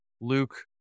Luke